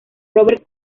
robert